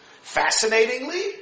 Fascinatingly